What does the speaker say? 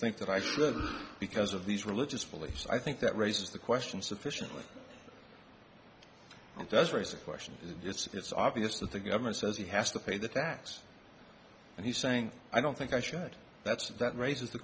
think that i should because of these religious beliefs i think that raises the question sufficiently it does raise a question it's obvious that the governor says he has to pay the tax and he's saying i don't think i should that's that raises the